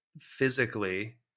physically